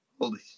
Holy